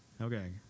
Okay